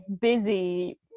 busy